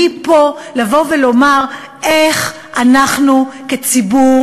אני פה לבוא ולומר איך אנחנו כציבור